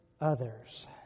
others